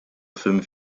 fünf